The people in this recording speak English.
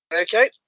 Okay